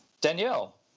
Danielle